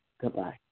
goodbye